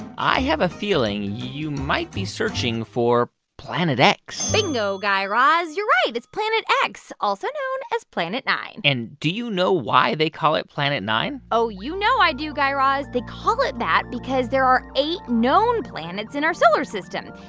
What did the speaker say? i have a feeling you might be searching for planet x bingo, guy raz. you're right. it's planet x, also known as planet nine point and do you know why they call it planet nine? oh, you know i do, guy raz. they call it that because there are eight known planets in our solar system,